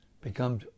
become